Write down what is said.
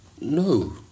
No